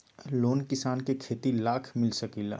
Loan किसान के खेती लाख मिल सकील?